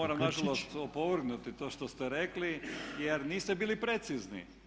Moram nažalost opovrgnuti to što ste rekli jer niste bili precizni.